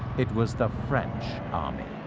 it was the french army.